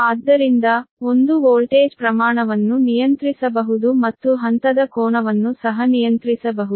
ಆದ್ದರಿಂದ ಒಂದು ವೋಲ್ಟೇಜ್ ಪ್ರಮಾಣವನ್ನು ನಿಯಂತ್ರಿಸಬಹುದು ಮತ್ತು ಹಂತದ ಕೋನವನ್ನು ಸಹ ನಿಯಂತ್ರಿಸಬಹುದು